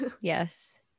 Yes